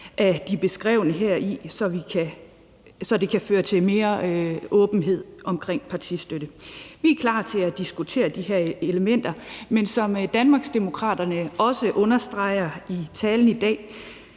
af de beskrevne elementer heri, så det kan føre mere til mere åbenhed omkring partistøtte. Vi er klar til at diskutere de her elementer, men som Danmarksdemokraterne også understreger i talen i dag,